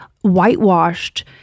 whitewashed